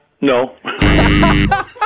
No